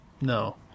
No